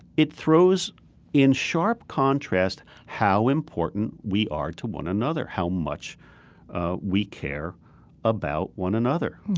it throws in sharp contrast how important we are to one another, how much we care about one another.